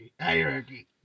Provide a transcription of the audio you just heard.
Hierarchy